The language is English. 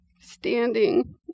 standing